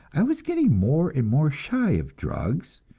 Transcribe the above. i was getting more and more shy of drugs.